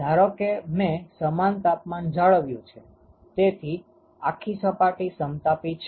ધારો કે મે સમાન તાપમાન જાળવ્યું છે તેથી આખી સપાટી સમતાપી છે